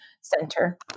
center